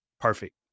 perfect